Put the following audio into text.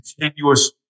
continuous